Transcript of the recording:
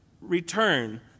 return